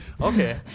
Okay